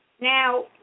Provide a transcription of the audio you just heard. Now